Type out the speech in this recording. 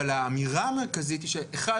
אבל האמירה המרכזית היא שאחד,